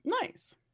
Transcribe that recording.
Nice